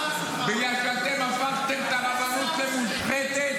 -- בגלל שהפכתם את הרבנות למושחתת,